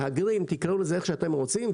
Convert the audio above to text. מהגרים תקראו לזה איך שאתם רוצים,